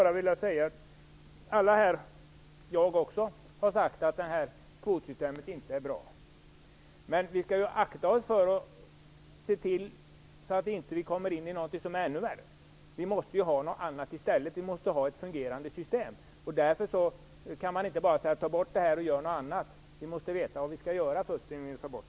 Alla här i diskussionen, också jag, har sagt att kvotsystemet inte är bra, men vi skall akta oss för att komma in i något ännu värre. Vi måste ha ett fungerande system. Man kan inte bara säga: Avskaffa det här och gör något annat! Innan vi tar bort det måste vi veta vad vi skall göra.